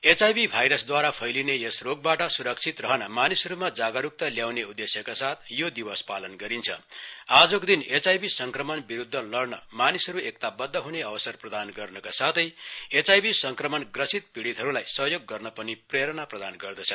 HIV भाइरसद्वारा फैलिने यस रोगबाट सुरक्षित रहन मानिसहरूमा जागरूकता ल्याउने उद्देश्यका साथ यो दिवस पालन गरिन्छ आजको दिन एचआइभी संक्रमण विरूद्ध लड्न मानिसहरू एकताबद्ध हुने अवसर प्रदान गर्नका साथै एचआइभी संक्रमण ग्रसित पीडितहरूलाई सहयोग गर्न पनि प्रेरणा प्रदान गर्दछ